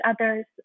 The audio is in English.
other's